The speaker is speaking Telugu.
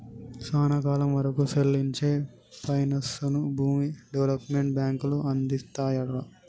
సానా కాలం వరకూ సెల్లించే పైనాన్సుని భూమి డెవలప్మెంట్ బాంకులు అందిత్తాయిరా